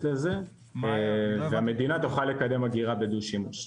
לזה והמדינה תוכל לקדם אגירה בדו-שימוש.